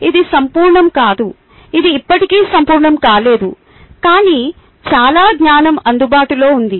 ఇది సంపూరణం కాదు ఇది ఎప్పటికీ సంపూరణం కాలేదు కానీ చాలా జ్ఞానం అందుబాటులో ఉంది